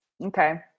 Okay